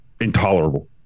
intolerable